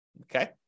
Okay